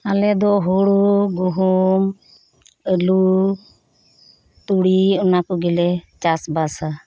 ᱟᱞᱮ ᱫᱚ ᱦᱩᱲᱩ ᱜᱩᱦᱩᱢ ᱟᱹᱞᱩ ᱛᱩᱲᱤ ᱚᱱᱟ ᱠᱚᱜᱮ ᱞᱮ ᱪᱟᱥ ᱵᱟᱥᱟ